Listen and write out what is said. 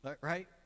right